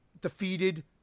defeated